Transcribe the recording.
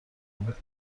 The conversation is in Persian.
بود